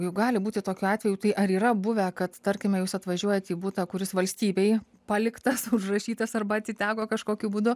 juk gali būti tokių atvejų tai ar yra buvę kad tarkime jūs atvažiuojat į butą kuris valstybei paliktas užrašytas arba atiteko kažkokiu būdu